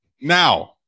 now